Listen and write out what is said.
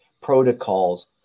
protocols